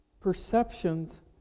Perceptions